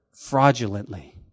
fraudulently